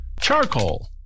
Charcoal